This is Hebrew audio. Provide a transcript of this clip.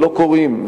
לא קורים,